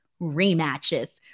rematches